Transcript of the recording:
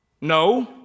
No